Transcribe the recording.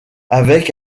avec